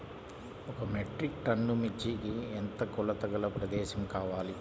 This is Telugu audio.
ఒక మెట్రిక్ టన్ను మిర్చికి ఎంత కొలతగల ప్రదేశము కావాలీ?